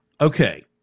Okay